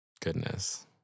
Goodness